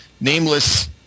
nameless